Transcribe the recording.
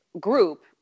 group